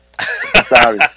Sorry